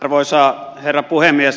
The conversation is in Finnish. arvoisa herra puhemies